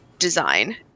design